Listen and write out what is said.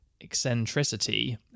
eccentricity